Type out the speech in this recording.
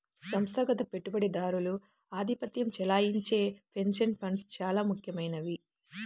సంస్థాగత పెట్టుబడిదారులు ఆధిపత్యం చెలాయించే పెన్షన్ ఫండ్స్ చాలా ముఖ్యమైనవి